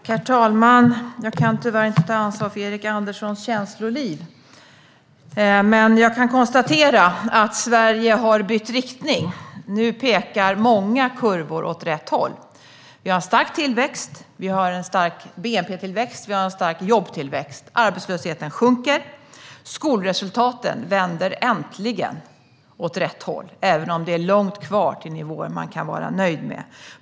Herr talman! Jag kan tyvärr inte ta ansvar för Erik Anderssons känsloliv. Jag konstaterar dock att Sverige har bytt riktning. Nu pekar många kurvor åt rätt håll. Vi har en stark tillväxt för både bnp och jobb. Arbetslösheten sjunker. Skolresultaten vänder äntligen åt rätt håll, även om det är långt kvar till nivåer man kan vara nöjd med.